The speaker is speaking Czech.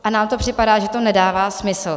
A nám to připadá, že to nedává smysl.